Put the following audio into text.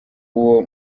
uwo